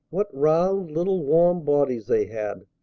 what round little warm bodies they had,